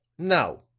no,